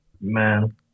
Man